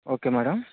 okay madam